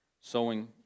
sowing